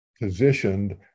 positioned